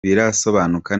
birasobanuka